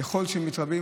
ככל שהם מתרבים,